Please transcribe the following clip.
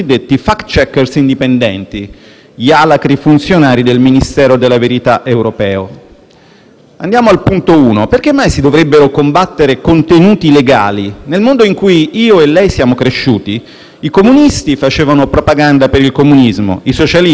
Andiamo al primo punto: perché mai si dovrebbero combattere contenuti legali? Nel mondo in cui io e lei siamo cresciuti, i comunisti facevano propaganda per il comunismo, i socialisti per il socialismo e i liberisti per il liberismo, a meno di errori.